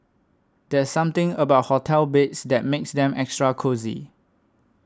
there's something about hotel beds that makes them extra cosy